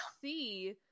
see